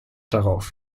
darauf